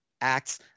acts